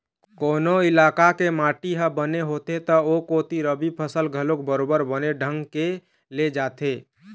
कोनो इलाका के माटी ह बने होथे त ओ कोती रबि फसल घलोक बरोबर बने ढंग के ले जाथे